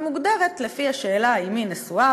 היא מוגדרת לפי השאלה אם היא נשואה,